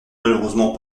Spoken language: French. malheureusement